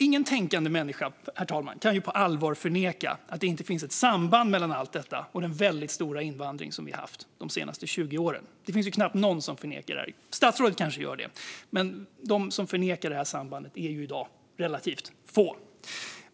Ingen tänkande människa kan på allvar förneka att det finns ett samband mellan allt detta och den väldigt stora invandring vi har haft de senaste 20 åren. Det finns knappt någon som förnekar det. Statsrådet kanske gör det, men de som förnekar detta samband är i dag relativt få.